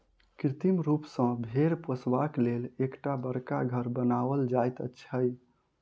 कृत्रिम रूप सॅ भेंड़ पोसबाक लेल एकटा बड़का घर बनाओल जाइत छै